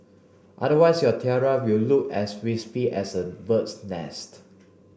otherwise your tiara will look as wispy as a bird's nest